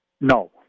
No